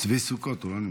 צבי סוכות, הוא לא נמצא,